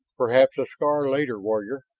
perhaps a scar later, warrior!